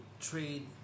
trade